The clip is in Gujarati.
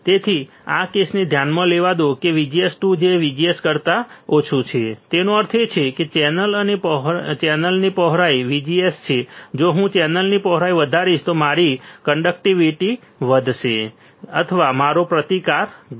તેથી આ કેસને ધ્યાનમાં લેવા દો કે VGS2 જે VGS1 કરતા ઓછું છે તેનો અર્થ એ કે ચેનલ અને ચેનલની પહોળાઈ VGS છે જો હું ચેનલની પહોળાઈ વધારીશ તો મારી કન્ડકટીવીટી વધશે અથવા મારો પ્રતિકાર ઘટશે